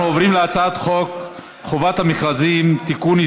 אנחנו עוברים להצעת חוק חובת המכרזים (תיקון,